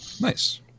Nice